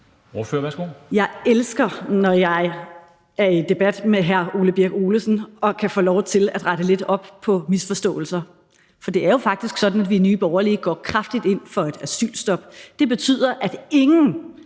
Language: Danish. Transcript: Jeg elsker, når jeg er i debat med hr. Ole Birk Olesen og kan få lov til at rette lidt op på misforståelser. For det er jo faktisk sådan, at vi i Nye Borgerlige går kraftigt ind for et asylstop. Det betyder, at ingen,